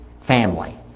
family